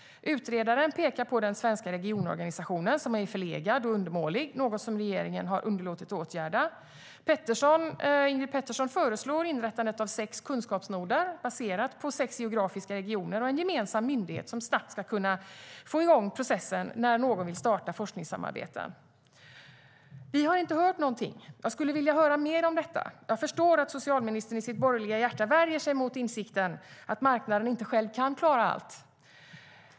Utredaren pekar på att den svenska regionorganisationen är förlegad och undermålig, något som regeringen underlåtit att åtgärda. Ingrid Pettersson föreslår inrättandet av sex kunskapsnoder, baserat på sex geografiska regioner, och en gemensam myndighet som snabbt ska kunna få i gång processen när någon vill starta forskningssamarbeten. Vi har inte hört någonting. Jag skulle vilja höra mer om detta. Jag förstår att socialministern i sitt borgerliga hjärta värjer sig mot insikten att marknaden inte själv kan klara allt.